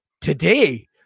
today